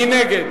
מי נגד?